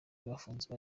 bafunzwe